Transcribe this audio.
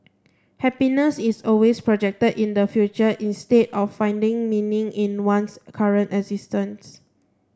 happiness is always projected in the future instead of finding meaning in one's current existence